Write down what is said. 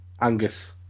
Angus